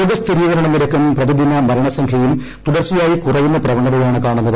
രോഗസ്ഥിരീകരണ നിരക്കും പ്രതിദിന മരണസംഖ്യയും തുടർച്ചയായി കുറയുന്ന പ്രവണതയാണ് കാണുന്നത്